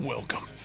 Welcome